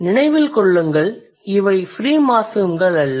நினைவில் கொள்ளுங்கள் இவை ஃப்ரீ மார்ஃபிம்கள் அல்ல